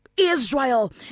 Israel